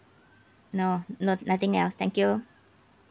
no no nothing else thank you